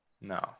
No